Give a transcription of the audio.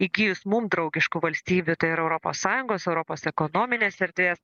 įgijus mum draugiškų valstybių tai yra europos sąjungos europos ekonominės erdvės